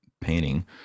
painting